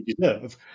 deserve